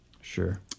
sure